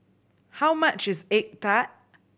how much is egg tart